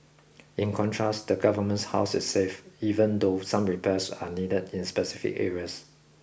in contrast the Government's house is safe even though some repairs are needed in specific areas